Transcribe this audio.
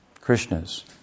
Krishna's